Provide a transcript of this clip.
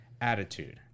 attitude